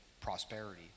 prosperity